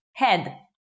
Head